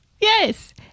Yes